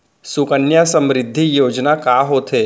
सुकन्या समृद्धि योजना का होथे